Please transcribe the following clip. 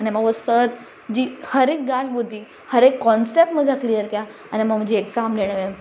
हिन में उअ सर जी हर हिकु ॻाल्हि ॿुधी हर हिकु कोनसेप्ट मुंहिंजा क्लीयर कया अने मां मुंहिंजी एक्ज़ाम ॾेयण वियमि